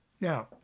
Now